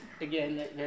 again